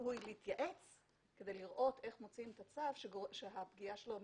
שראוי להתייעץ כדי לראות איך מוציאים את הצו שהפגיעה שלו מינימלית.